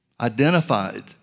identified